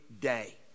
day